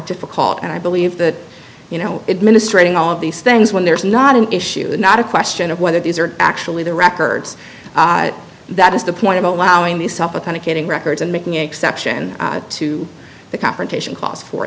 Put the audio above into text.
difficult and i believe that you know it ministering all of these things when there's not an issue not a question of whether these are actually the records that is the point about allowing these up with kind of getting records and making exception to the confrontation clause for